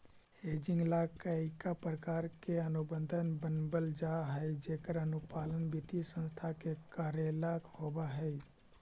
hedging ला कईक प्रकार के अनुबंध बनवल जा हई जेकर अनुपालन वित्तीय संस्था के कऽरेला होवऽ हई